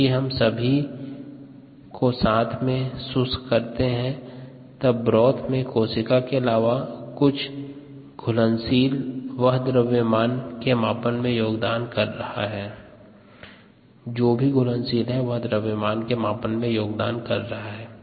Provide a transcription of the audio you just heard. चूँकि हम सभी को साथ में शुष्क करते हैं तब ब्रोथ में कोशिका के अलावा जो कुछ भी घुलनशील वह द्रव्यमान के मापन में योगदान करता है